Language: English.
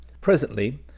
Presently